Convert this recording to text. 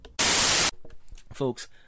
Folks